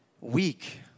weak